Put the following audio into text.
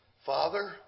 Father